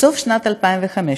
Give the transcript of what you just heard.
בסוף שנת 2015,